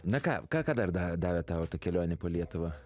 na ką ką ką dar davė davė tau ta kelionė po lietuvą